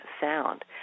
sound